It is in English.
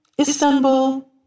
Istanbul